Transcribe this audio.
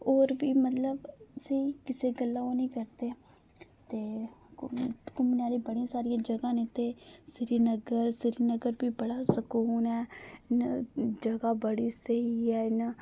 होर बी मतलब स्होई किसै गल्ला ओह् नेईं करदे ते घूमने आहली बड़ी सारी जगहां न इत्थै श्रीनगर श्रीनगर बी बड़ा सकून ऐ जगह बड़ी स्हेई ऐ इ'यां